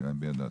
להביע את דעתו.